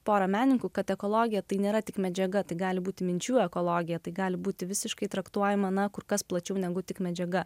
pora menininku kad ekologija tai nėra tik medžiaga tai gali būti minčių ekologija tai gali būti visiškai traktuojama na kur kas plačiau negu tik medžiaga